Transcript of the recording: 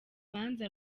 kumva